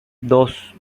dos